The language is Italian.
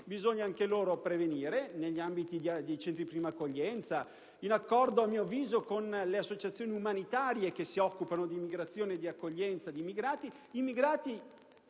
prevenire anche tra di loro, negli ambiti dei centri di prima accoglienza in accordo, a mio avviso, con le associazioni umanitarie che si occupano di immigrazione e di accoglienza di immigrati.